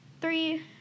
three